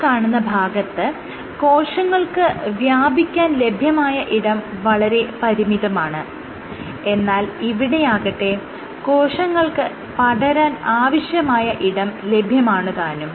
ഈ കാണുന്ന ഭാഗത്ത് കോശങ്ങൾക്ക് വ്യാപിക്കാൻ ലഭ്യമായ ഇടം വളരെ പരിമിതമാണ് എന്നാൽ ഇവിടെയാകട്ടെ കോശങ്ങൾക്ക് പടരാൻ ആവശ്യമായ ഇടം ലഭ്യമാണുതാനും